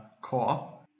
core